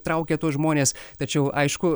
traukia tuos žmones tačiau aišku